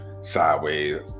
sideways